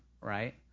right